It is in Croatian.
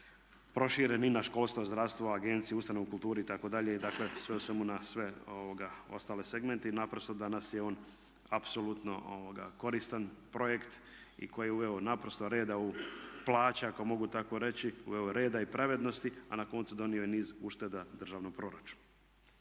proširen i na školstvo, zdravstvo, agencije, ustanove u kulturi itd. Dakle, sve u svemu na sve ostale segmente. Naprosto danas je on apsolutno koristan projekt koji je uveo naprosto reda u plaće ako mogu tako reći, uveo reda i pravednosti a na koncu donio i niz ušteda državnom proračunu.